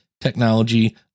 technology